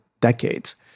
decades